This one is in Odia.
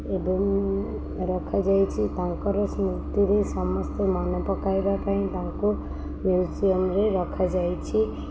ଏବଂ ରଖାଯାଇଛି ତାଙ୍କର ସ୍ମୃତିରେ ସମସ୍ତେ ମନେ ପକାଇବା ପାଇଁ ତାଙ୍କୁ ମ୍ୟୁଜିୟମରେ ରଖାଯାଇଛି